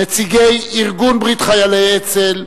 נציגי ארגון ברית חיילי אצ"ל,